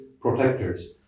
protectors